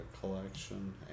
Collection